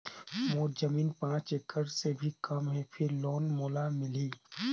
मोर जमीन पांच एकड़ से भी कम है फिर लोन मोला मिलही?